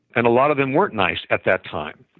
and a lot of them weren't nice at that time.